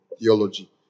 theology